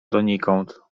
donikąd